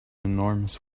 enormous